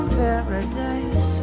paradise